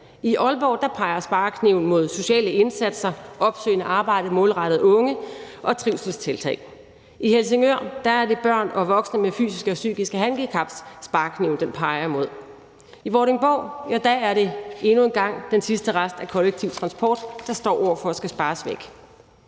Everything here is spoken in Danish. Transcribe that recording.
I Aalborg peger sparekniven mod sociale indsatser, opsøgende arbejde målrettet unge og mod trivselstiltag. I Helsingør er det børn og voksne med fysiske og psykiske handicap, som sparekniven peger mod. I Vordingborg er det endnu en gang den sidste rest af kollektiv transport, der står over for at skulle spares væk.